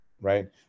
right